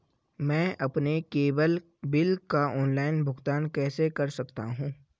मैं अपने cable bill का ऑनलाइन भुगतान कैसे कर सकता हूं?